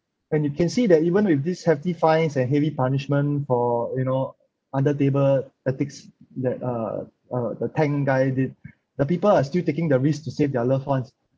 and you can see that even with this hefty fines and heavy punishment for you know under table ethics that uh uh the tang guy did the people are still taking the risk to save their loved ones